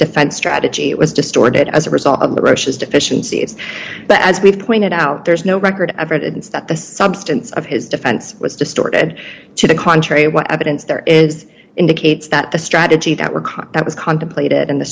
defense strategy was distorted as a result of the roaches deficiencies but as we've pointed out there's no record evidence that the substance of his defense was distorted to the contrary what evidence there is indicates that the strategy that were caught that was contemplated in the